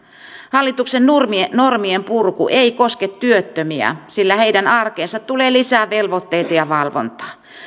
hallituksen normien normien purku ei koske työttömiä sillä heidän arkeensa tulee lisää velvoitteita ja valvontaa